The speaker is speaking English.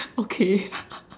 okay